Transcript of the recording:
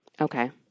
Okay